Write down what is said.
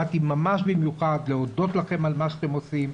באתי ממש במיוחד להודות לכם על מה שאתם רוצים,